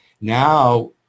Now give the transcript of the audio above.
Now